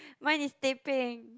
mine is teh peng